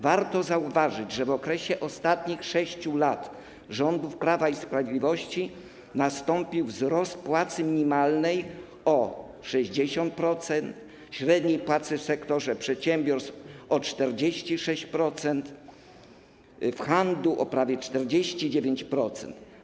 Warto zauważyć, że w okresie ostatnich 6 lat rządów Prawa i Sprawiedliwości nastąpił wzrost płacy minimalnej o 60%, średniej płacy w sektorze przedsiębiorstw o 46%, w handlu o prawie 49%.